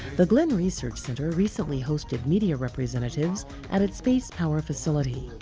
the glenn research center recently hosted media representatives at its space power facility.